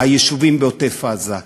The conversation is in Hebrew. היישובים בעוטף-עזה.